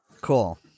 Cool